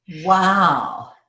Wow